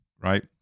Right